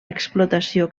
explotació